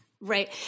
Right